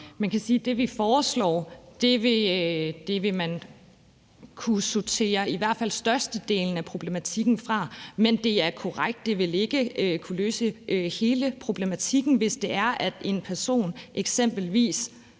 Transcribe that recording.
Man kan sige, at med det, vi foreslår, vil man kunne sortere i hvert fald størstedelen af problematikken fra. Men det er korrekt, at det ikke vil kunne løse hele problematikken, hvis det er, at en person eksempelvis